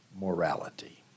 morality